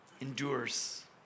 endures